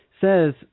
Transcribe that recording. says